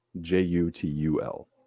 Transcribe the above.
J-U-T-U-L